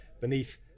beneath